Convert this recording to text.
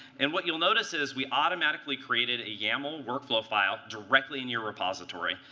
and what you'll notice is we automatically created a yaml workflow file directly in your repository.